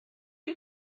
you